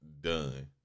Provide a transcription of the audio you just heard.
done